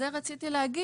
לא.